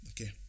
Okay